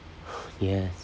yes